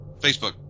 Facebook